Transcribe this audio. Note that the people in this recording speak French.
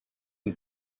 une